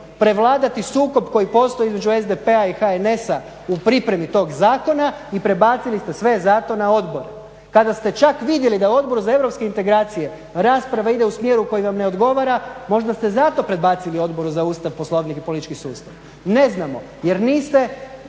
prevladati sukob koji postoji između SDP-a i HNS-a u pripremi tog zakona i prebacili ste sve zato na odbore. Kada ste čak vidjeli da Odboru za europske integracije rasprava ide u smjeru koji vam ne odgovara možda ste zato predbacili Odboru za Ustav, Poslovnik i politički sustav. Ne znamo, jer niste